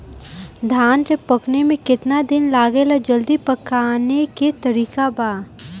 धान के पकने में केतना दिन लागेला जल्दी पकाने के तरीका बा?